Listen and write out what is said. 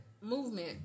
movement